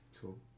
Cool